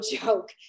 joke